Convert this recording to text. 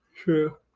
True